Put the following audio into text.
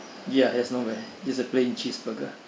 ya that's not bad just a plain cheeseburger